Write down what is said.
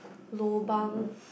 Lobang